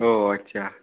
ও আচ্ছা